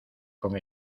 con